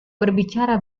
berbicara